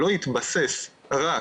לא יתבסס רק